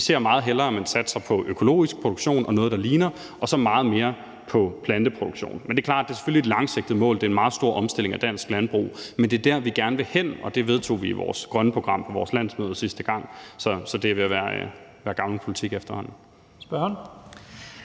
Vi ser meget hellere, at man satser på økologisk produktion og noget, der ligner det, og så meget mere på planteproduktion. Men det er selvfølgelig klart, at det er et langsigtet mål, og at det er en meget stor omstilling af dansk landbrug. Men det er der, vi gerne vil hen, og det vedtog vi i vores grønne program på vores landsmøde sidste gang. Så det er ved at være gammel politik efterhånden.